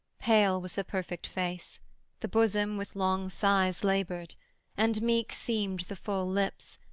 pale was the perfect face the bosom with long sighs laboured and meek seemed the full lips,